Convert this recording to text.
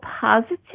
positive